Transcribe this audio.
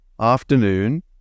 afternoon